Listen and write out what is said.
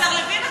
השר לוין,